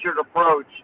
approach